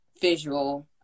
visual